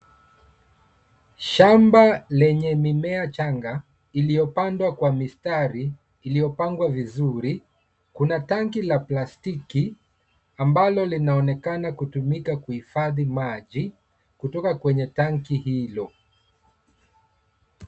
Shamba lenye mimea changa, iloyopandwa kwa mistari iliyopangwa vizuri. Kuna tanki la plastiki, ambalo linaonekana kutumika kuhifadhi maji kutoka kwenye tanki hilo.